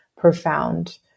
profound